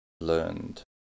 learned